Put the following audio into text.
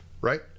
right